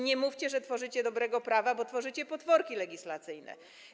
Nie mówcie, że tworzycie dobre prawo, bo tworzycie potworki legislacyjne.